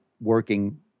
working